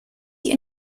die